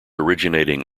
originating